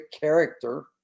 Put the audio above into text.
character